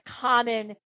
common